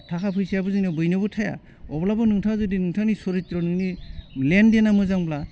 थाखा फैसायाबो जोंनियाव बयनावबो थाया अब्लाबो नोंथाङा जुदि नोंथांनि सरिथ्र नोंनि लेनदेना मोजांब्ला